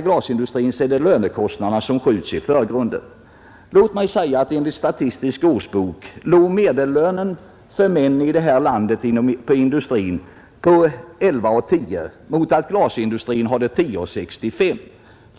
glasindustrins kostnader, skjuts lönekostnaderna i förgrunden. Enligt Statistisk årsbok ligger medellönen inom industrin för män på 11:10, medan den i glasindustrin är 10:65.